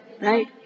right